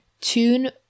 tune